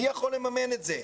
מי יכול לממן את זה,